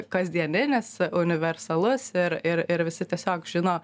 kasdienines universalus ir ir ir visi tiesiog žino